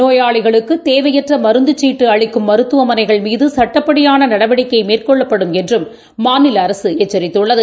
நோயாளிகளுக்குதேவையற்றமருந்துச்சீட்டுஅளிக்கும் மருத்துவமனைகள் மீதுசட்டப்படியானநடவடிக்கைமேற்கொள்ளப்படும் என்றும் மாநிலஅரசுஎச்சித்துள்ளது